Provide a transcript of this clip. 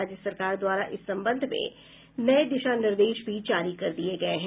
राज्य सरकार द्वारा इस संबंध में नये दिशा निर्देश भी जारी कर दिये गये हैं